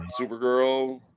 Supergirl